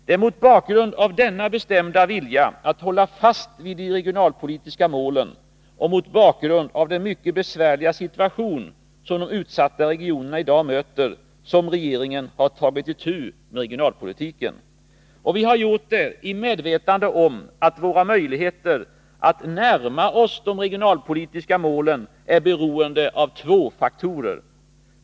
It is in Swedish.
Det är mot bakgrund av denna bestämda vilja att hålla fast vid de regionalpolitiska målen och mot bakgrund av den mycket besvärliga situation som de utsatta regionerna i dag möter som regeringen har tagit itu med regionalpolitiken. Vi har gjort det i medvetande om att våra möjligheter att närma oss de regionalpolitiska målen är beroende av två faktorer.